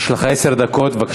יש לך עשר דקות, בבקשה.